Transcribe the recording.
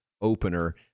opener